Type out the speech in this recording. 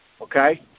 okay